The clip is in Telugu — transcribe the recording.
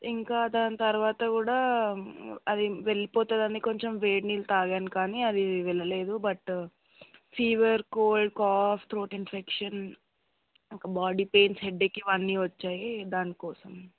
ఇంకా దాని తరువాత కూడా అది వెళ్ళిపోతాం అని కొంచెం వేడి నీళ్ళు తాగాను కానీ అది వెళ్ళలేదు but fever cold cough throat infection ఒక బాడీ పెయిన్స్ హెడ్ఏక్ ఇవన్నీ వచ్చాయి దాని కోసం